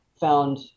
found